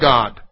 God